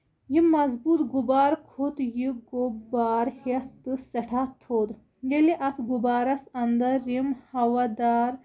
یہِ مضبوٗط غُبارٕ کھۄت یہِ غُبارٕ ہیتھ تہٕ ٮسٮ۪ٹھاہ تھوٚد ییٚلہِ اَتھ غُبارَس انٛدر یِم ہوا دار